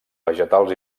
vegetals